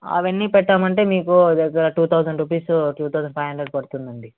అవన్నిపెట్టామంటే మీకు దగ్గర two thousand rupees two thousand five hundred పడుతుంది అండి